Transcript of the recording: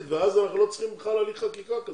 ואז אנחנו לא צריכים בכלל הליך חקיקה?